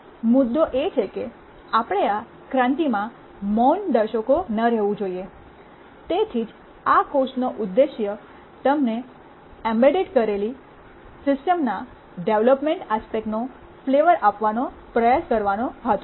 મુદ્દો એ છે કે આપણે આ ક્રાંતિમાં મૌન દર્શકો ન રહેવું જોઈએ તેથી જ આ કોર્સ નો ઉદ્દેશ્ય તમને એમ્બેડ કરેલી સિસ્ટમના ડેવલપમેન્ટ આસ્પેક્ટ નો ફ્લેવર આપવાનો પ્રયાસ કરવાનો હતો